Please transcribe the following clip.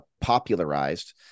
popularized